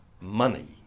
money